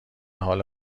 حال